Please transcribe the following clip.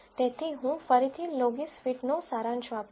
તેથી હું ફરીથી લોગસફિટનો સારાંશ વાપરીશ